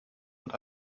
und